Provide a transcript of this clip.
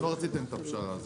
לא רציתם את הפשרה הזאת.